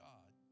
God